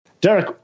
Derek